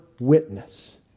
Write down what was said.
witness